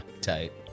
Tight